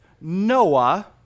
noah